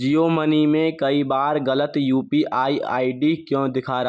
जियो money में कई बार गलत U P I I D क्यों दिखा रहा है